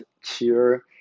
cheer